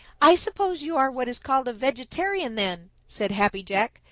i suppose you are what is called a vegetarian, then, said happy jack,